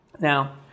Now